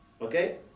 Okay